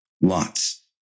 Lots